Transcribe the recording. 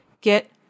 Get